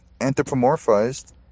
anthropomorphized